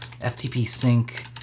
ftp-sync